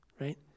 right